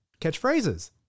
Catchphrases